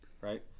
right